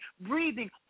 breathing